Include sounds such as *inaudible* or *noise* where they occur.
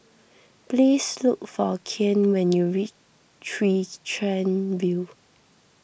please look for Kian when *noise* you reach Chwee Chian View